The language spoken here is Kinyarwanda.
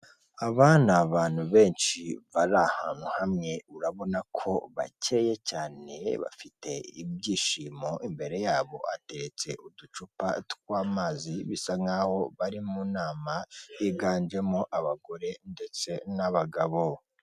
Aba ni abantu benshi bari ahantu hamwe urabona ko bakeye cyane bafite ibyishimo, imbere yabo ateretse uducupa tw'amazi bisa nkaho bari mu nama yiganjemo abagore ndetse n'abagabo.